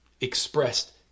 expressed